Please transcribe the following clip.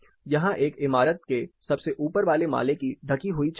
यह एक इमारत के सबसे ऊपर वाले माले की ढकी हुई छत है